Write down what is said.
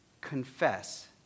confess